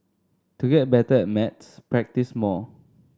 to get better at maths practise more